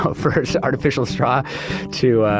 but first artificial straw to ah,